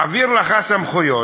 הוא מעביר לך סמכויות,